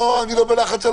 לא, אני לא בלחץ על